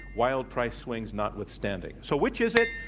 wild price swings notwithstanding. so, which is it?